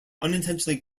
unintentionally